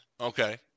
Okay